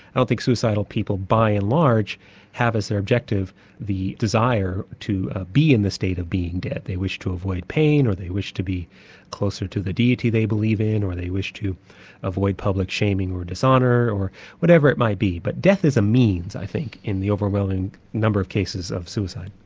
i don't think suicidal people by and large have as their objective the desire to ah be in the state of being dead, they wish to avoid pain, or they wish to be closer to the deity they believe in, or they wish to avoid public shaming or dishonour, or whatever it might be. but death is a means i think, in the overwhelming number of cases of suicide.